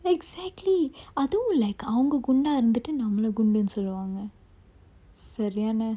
exactly அதுவும்:athuvum like அவங்க குண்டா இருந்துட்டு நம்மல குண்டுன்னு சொல்லுவாங்க சரியான:avanga gunda irunthuttu nammala gundunu solluvanga sariyana